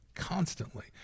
constantly